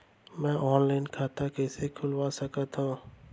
मैं ऑनलाइन खाता कइसे खुलवा सकत हव?